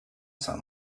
sun